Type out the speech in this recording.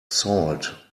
salt